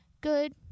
good